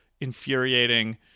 infuriating